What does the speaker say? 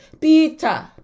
Peter